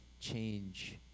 change